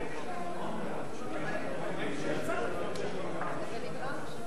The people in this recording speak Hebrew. חוק מיסוי מקרקעין (שבח ורכישה)